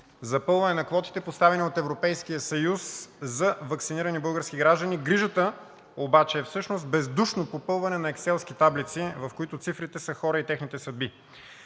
запълване на квотите, поставени от Европейския съюз, за ваксинирани български граждани. Грижата обаче е всъщност бездушно попълване на екселски таблици, в които цифрите са хора и техните съдби.